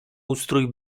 ustrój